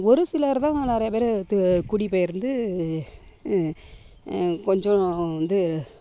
ஒரு சிலர் தான் நிறைய பேர் குடிப்பெயர்ந்து கொஞ்சம் வந்து